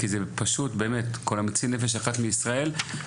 כי ״כל המציל נפש אחת מישראל״,